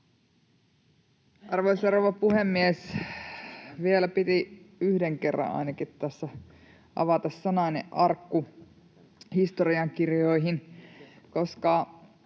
Arvoisa rouva puhemies! Vielä piti yhden kerran ainakin tässä avata sanainen arkku historiankirjoihin, koska